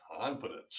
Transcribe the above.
confidence